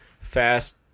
Fast